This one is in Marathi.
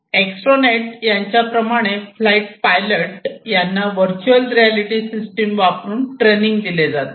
एस्ट्रोनेट्स यांच्या प्रमाणे फ्लाईट पायलट यांना व्हर्च्युअल रियालिटी सिस्टीम्स वापरून ट्रेनिंग दिले जाते